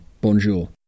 Bonjour